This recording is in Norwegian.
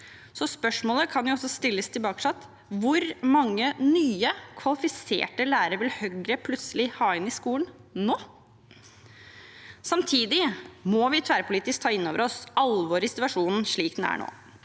så spørsmålet kan også stilles tilbake: Hvor mange nye, kvalifiserte lærere vil Høyre plutselig ha inn i skolen nå? Samtidig må vi tverrpolitisk ta inn over oss alvoret i situasjonen slik den er nå.